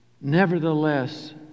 Nevertheless